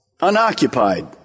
unoccupied